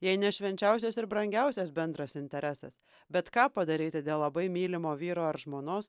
jei ne švenčiausias ir brangiausias bendras interesas bet ką padaryti dėl labai mylimo vyro ar žmonos